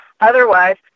otherwise